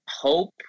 hope